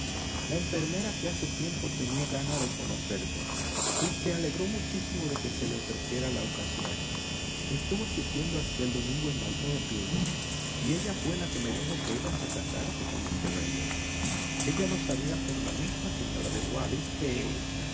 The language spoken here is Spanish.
la enfermera que hace tiempo tenía gana de conocerte y se alegró muchísimo de que se le ofreciera la ocasión estuvo asistiendo hasta el domingo en marlborough buildings y ella fué la que me dijo que ibas a casarte con míster elliot ella lo sabia por la misma señora de wallis que